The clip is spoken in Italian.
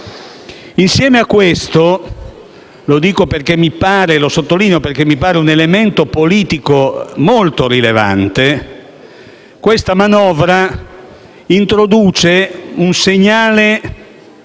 Insieme a questo - lo sottolineo perché mi pare un elemento politico molto rilevante - questa manovra introduce un segnale